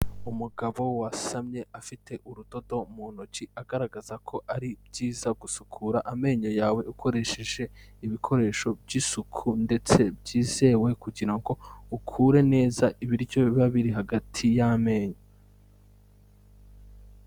Umugabo wasamye afite urudodo mu ntoki agaragaza ko ari byiza gusukura amenyo yawe ukoresheje ibikoresho by'isuku, ndetse byizewe kugira ngo ukure neza ibiryo biba biri hagati y'amenyo.